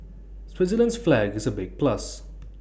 Switzerland's flag is A big plus